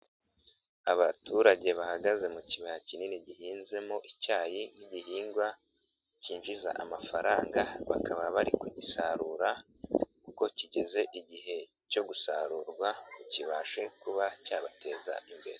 Abaturage bahagaze mu kibaya kinini gihinzemo icyayi nk'igihingwa cyinjiza amafaranga, bakaba bari kugisarura kuko kigeze igihe cyo gusarurwa ngo kibashe kuba cyabateza imbere.